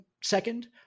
second